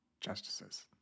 justices